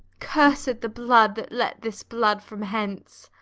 cursed the blood that let this blood from hence!